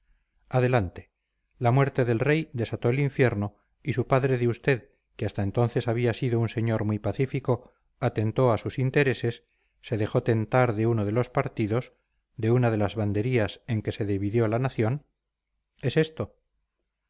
adelante la muerte del rey desató el infierno y su padre de usted que hasta entonces había sido un señor muy pacífico atentó a sus intereses se dejó tentar de uno de los partidos de una de las banderías en que se dividió la nación es esto